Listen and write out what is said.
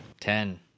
Ten